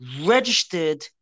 registered